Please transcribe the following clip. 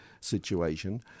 situation